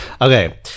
Okay